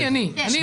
אני, אני ואני.